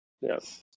Yes